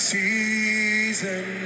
season